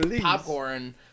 popcorn